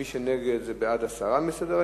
מי שנגד, בעד הסרה מסדר-היום.